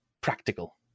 practical